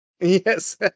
Yes